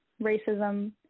racism